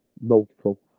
multiple